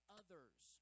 others